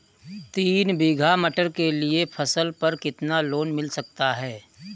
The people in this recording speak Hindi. तीन बीघा मटर के लिए फसल पर कितना लोन मिल सकता है?